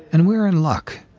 and we're in luck,